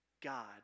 God